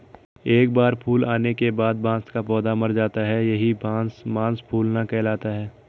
एक बार फूल आने के बाद बांस का पौधा मर जाता है यही बांस मांस फूलना कहलाता है